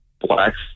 blacks